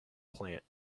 plant